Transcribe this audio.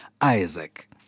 Isaac